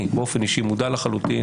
אני באופן אישי מודע לחלוטין,